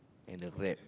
in a Grab